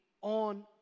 on